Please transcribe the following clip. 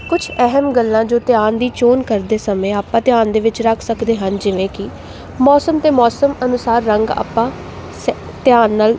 ਕੁਛ ਅਹਿਮ ਗੱਲਾਂ ਜੋ ਧਿਆਨ ਦੀ ਚੋਣ ਕਰਦੇ ਸਮੇਂ ਆਪਾਂ ਧਿਆਨ ਦੇ ਵਿੱਚ ਰੱਖ ਸਕਦੇ ਹਾਂ ਜਿਵੇਂ ਕਿ ਮੌਸਮ ਅਤੇ ਮੌਸਮ ਅਨੁਸਾਰ ਰੰਗ ਆਪਾਂ ਸੇ ਧਿਆਨ ਨਾਲ